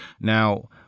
Now